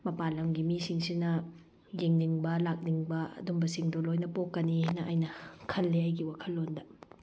ꯃꯄꯥꯟ ꯂꯝꯒꯤ ꯃꯤꯁꯤꯡꯁꯤꯅ ꯌꯦꯡꯅꯤꯡꯕ ꯂꯥꯛꯅꯤꯡꯕ ꯑꯗꯨꯝꯕꯁꯤꯡꯗꯣ ꯂꯣꯏꯅ ꯄꯣꯛꯀꯅꯤ ꯍꯥꯏꯅ ꯑꯩꯅ ꯈꯜꯂꯤ ꯑꯩꯒꯤ ꯋꯥꯈꯜꯂꯣꯟꯗ